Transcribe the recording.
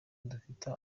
dufite